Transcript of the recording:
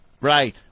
Right